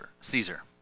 Caesar